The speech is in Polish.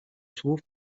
słów